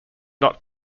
not